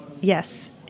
Yes